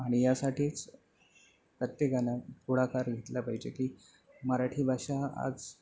आणि यासाठीच प्रत्येकानं पुढाकार घेतला पाहिजे की मराठी भाषा आज